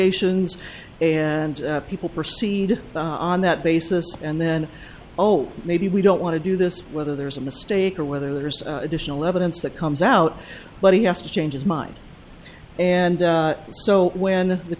ations and people proceed on that basis and then oh maybe we don't want to do this whether there's a mistake or whether there's additional evidence that comes out but he has to change his mind and so when the